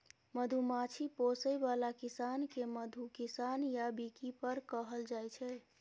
मधुमाछी पोसय बला किसान केँ मधु किसान या बीकीपर कहल जाइ छै